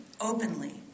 openly